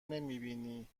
نمیبینی